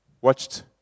Watched